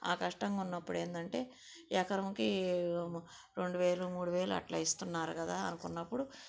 ఆ కష్టంగున్నప్పుడు ఏందంటే ఎకరాకీ రెండు వేలు మూడు వేలు అట్లా ఇస్తున్నారు కదా అనుకున్నప్పుడు